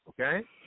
Okay